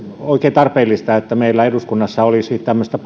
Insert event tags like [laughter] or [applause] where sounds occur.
oikein tarpeellista että meillä eduskunnassa ja ministeriöissä olisi tämmöistä [unintelligible]